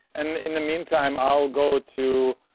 and in the mean time i'll go to.